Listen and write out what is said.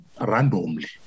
randomly